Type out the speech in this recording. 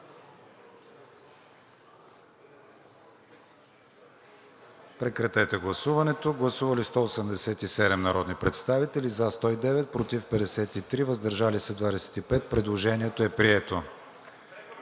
иска прегласуване. Гласували 188 народни представители: за 40, против 123, въздържали се 25. Предложението не е прието.